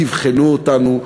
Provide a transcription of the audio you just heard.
תבחנו אותנו.